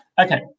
Okay